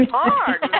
hard